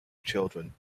children